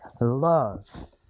love